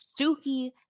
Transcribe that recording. suki